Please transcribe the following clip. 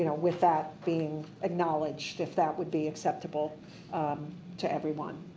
you know with that being acknowledged if that would be acceptable to everyone,